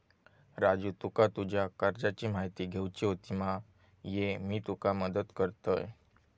राजू तुका तुज्या कर्जाची म्हायती घेवची होती मा, ये मी तुका मदत करतय